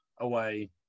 away